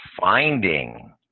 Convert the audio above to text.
finding